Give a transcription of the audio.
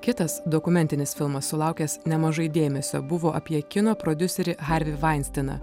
kitas dokumentinis filmas sulaukęs nemažai dėmesio buvo apie kino prodiuserį harvį vainstiną